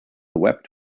wept